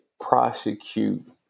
prosecute